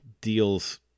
deals